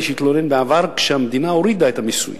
שהתלונן בעבר כשהמדינה הורידה את המיסוי